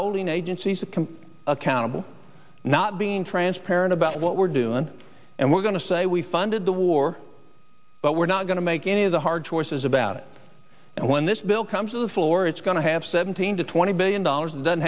holding agencies accountable not being transparent about what we're doing and we're going to say we funded the war but we're not going to make any of the hard choices about it and when this bill comes to the floor it's going to have seventeen to twenty billion dollars it doesn't